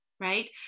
right